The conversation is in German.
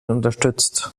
unterstützt